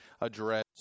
address